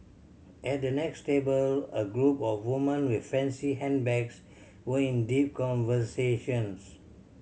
at the next table a group of woman with fancy handbags were in deep conversations